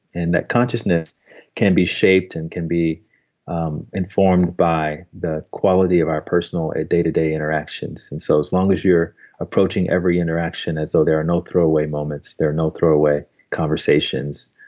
and that consciousness can be shaped and can be um informed by the quality of our personal a day to day interactions. and so as long as you're approaching every interaction as though there are no throwaway moments, there are no throwaway conversations,